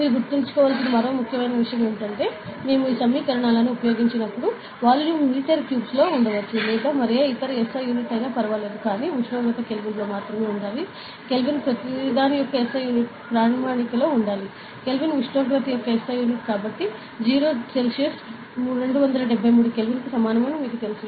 మీరు గుర్తుంచుకోవలసిన మరో ముఖ్యమైన విషయం ఏమిటంటే మేము ఈ సమీకరణాలను ఉపయోగించినప్పుడు వాల్యూమ్ మీటర్ క్యూబ్లో ఉండవచ్చు లేదా మరే ఇతర SI యూనిట్ అయినా పర్వాలేదు కానీ ఉష్ణోగ్రత కెల్విన్లో ఉండాలి కెల్విన్ ప్రతిదాని యొక్క SI యూనిట్ ప్రామాణిక లో ఉండాలి కెల్విన్ ఉష్ణోగ్రత యొక్క SI యూనిట్ కాబట్టి 0 సెల్సియస్ 273 కెల్విన్కు సమానం అని మీకు తెలుసు